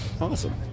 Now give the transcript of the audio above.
Awesome